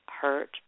hurt